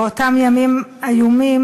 באותם ימים איומים,